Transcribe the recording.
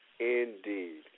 Indeed